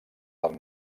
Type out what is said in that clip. del